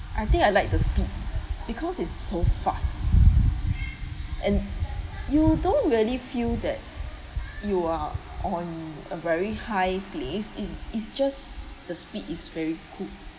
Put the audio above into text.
I think I like the speed because it's so fast and you don't really feel that you are on a very high place it it's just the speed is very cool